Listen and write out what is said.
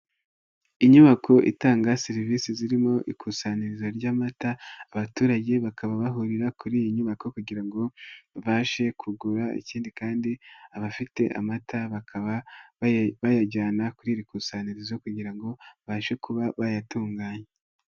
Inyubako itanga serivisi, zirimo ikusanyirizo ry'amata, abaturage bakaba bahurira kuri iyi nyubako kugira ngo babashe kugura. Icyindi kandi abafite amata bakaba bayajyana kuri iri kusanyirizo kugira ngo babashe kuba bayatunganya.